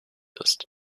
ist